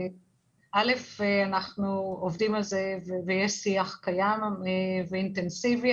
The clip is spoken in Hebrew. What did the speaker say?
אנחנו עובדים על זה ויש שיח קיים ואינטנסיבי.